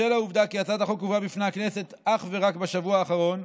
בשל העובדה כי הצעת החוק הובאה בפני הכנסת אך ורק בשבוע האחרון,